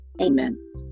amen